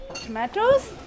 Tomatoes